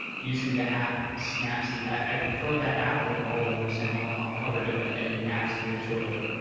using the app snapseed. i prefer that app over all others, and i'll cover different editing apps here shortly.